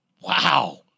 Wow